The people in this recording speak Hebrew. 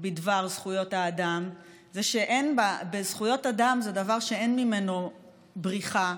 בדבר זכויות האדם הוא שזכויות אדם זה דבר שאין ממנו בריחה,